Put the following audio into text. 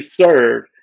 serve